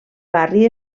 barri